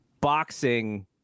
boxing